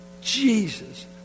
Jesus